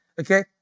Okay